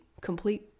complete